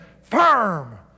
firm